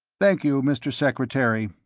thank you, mr. secretary.